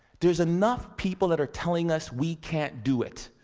there's enough people that are telling us we can't do it.